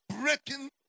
Breaking